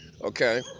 Okay